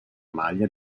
maglia